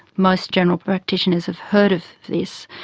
most general practitioners have heard of this,